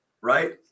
Right